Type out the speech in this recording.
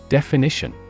Definition